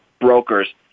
brokers